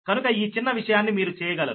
కనుక ఈ చిన్న విషయాన్ని మీరు చేయగలరు